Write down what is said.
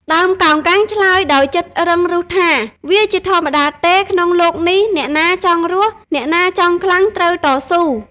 ដើមកោងកាងឆ្លើយដោយចិត្តរឹងរូសថា៖ "វាជាធម្មតាទេក្នុងលោកនេះ! អ្នកណាចង់រស់ អ្នកណាចង់ខ្លាំង ត្រូវតស៊ូ។